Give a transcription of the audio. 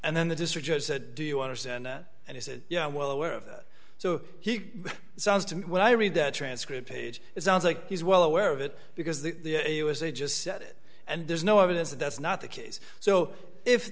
and then the district judge said do you understand that and he said yeah i'm well aware of that so he sounds to me when i read that transcript page it sounds like he's well aware of it because the usa just said it and there's no evidence that that's not the case so if